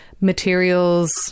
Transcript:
materials